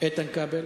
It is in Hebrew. איתן כבל?